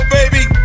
baby